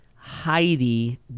Heidi